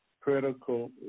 Critical